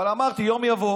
אבל, אמרתי, יום יבוא